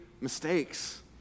mistakes